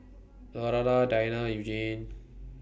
Lurana Diana and Eugenie